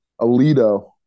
alito